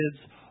kids